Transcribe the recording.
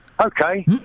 Okay